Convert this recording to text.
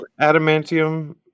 adamantium